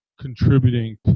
contributing